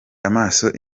amaso